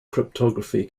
cryptography